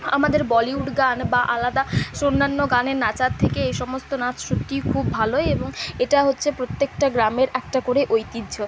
আমাদের বলিউড গান বা আলাদা সোব অন্যান্য গানে নাচার থেকে এই সমস্ত নাচ সত্যিই খুব ভালো এবং এটা হচ্ছে প্রত্যেকটা গ্রামের একটা করে ঐতিহ্য